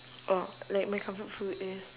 oh like my comfort food is